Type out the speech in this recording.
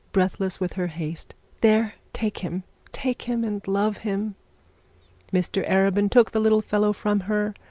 breathless with her haste there, take him take him and love him mr arabin took the little fellow from her,